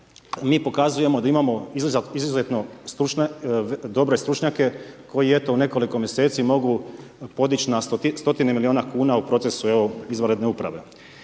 mi pokazujemo da imamo izuzetno dobre stručnjake koji eto, u nekoliko mjeseci mogu podići na stotine milijune kuna u procesu evo izvanredne uprave.